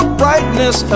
brightness